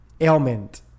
ailment